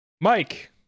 Mike